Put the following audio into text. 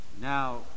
Now